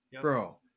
bro